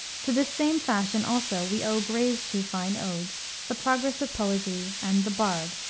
to this same fashion, also, we owe gray's two fine odes, the progress of poesy and the bard,